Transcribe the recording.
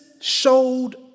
showed